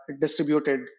distributed